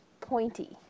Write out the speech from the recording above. pointy